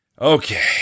Okay